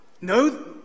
No